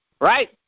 right